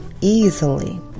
easily